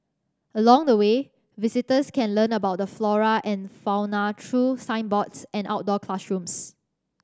along the way visitors can learn about the flora and fauna through signboards and outdoor classrooms